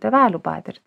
tėvelių patirtį